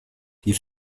die